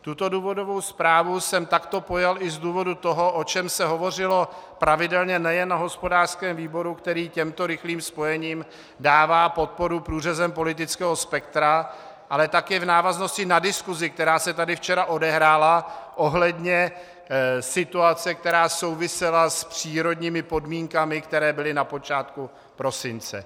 Tuto důvodovou zprávu jsem takto pojal i z důvodu toho, o čem se hovořilo pravidelně nejen na hospodářském výboru, který těmto rychlým spojením dává podporu průřezem politického spektra, ale taky v návaznosti na diskusi, která se tady včera odehrála ohledně situace, která souvisela s přírodními podmínkami, které byly na počátku prosince.